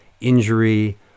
injury